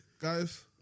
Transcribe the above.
Guys